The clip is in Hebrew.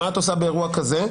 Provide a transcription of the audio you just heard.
מה את עושה באירוע כזה?